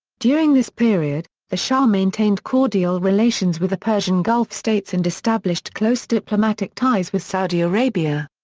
during this period, the shah maintained cordial relations with the persian gulf states and established close diplomatic ties with saudi arabia.